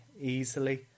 easily